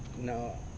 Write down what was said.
No